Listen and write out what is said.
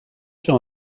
sur